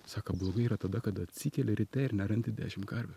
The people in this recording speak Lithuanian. sako blogai yra tada kada atsikeli ryte ir nerandi dešim karvių